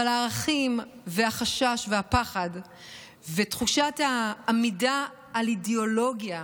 אבל הערכים והחשש והפחד ותחושת העמידה על אידיאולוגיה,